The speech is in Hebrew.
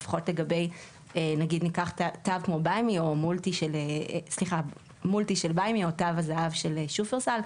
אם ניקח תו כמו מולטי של BuyMe או תו הזהב של שופרסל,